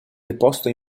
deposto